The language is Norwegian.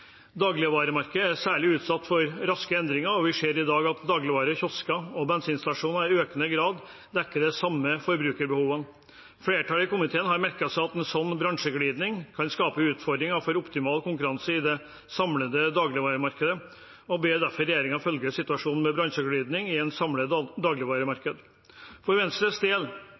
Dagligvaremarkedet er særlig utsatt for raske endringer, og vi ser i dag at dagligvarer i kiosker og bensinstasjoner i økende grad dekker de samme forbrukerbehovene. Flertallet i komiteen har merket seg at en slik bransjeglidning kan skape utfordringer for optimal konkurranse i det samlede dagligvaremarkedet, og ber derfor regjeringen følge situasjonen med bransjeglidning i et samlet dagligvaremarked. For Venstres del